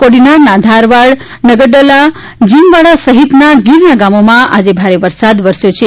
કોડીનારના ધારવાડ નગડલા જીમવાળા સહિતના ગીરના ગામોમાં આજે ભારે વરસાદ વરસ્યો છે